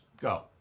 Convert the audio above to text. Go